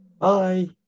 bye